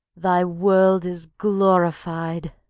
thy world is glorified.